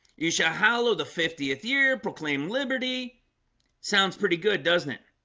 you shall hallow the fiftieth year proclaim liberty sounds pretty good, doesn't it?